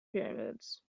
pyramids